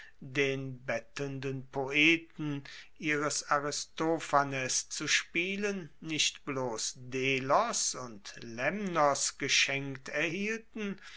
den bettelnden poeten ihres aristophanes zu spielen nicht bloss delos und lemnos geschenkt erhielten